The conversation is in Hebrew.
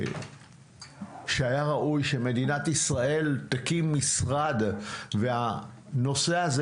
שהיה ראוי שמדינת ישראל תקים משרד והנושא הזה,